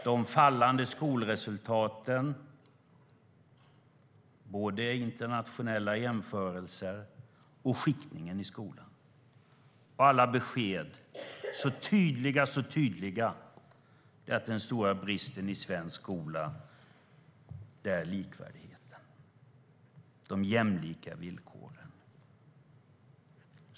De fallande skolresultaten i internationella jämförelser och skiktningen i skolan - alla besked är så tydliga, så tydliga: Den stora bristen i svensk skola är likvärdigheten, de jämlika villkoren.